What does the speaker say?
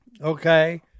okay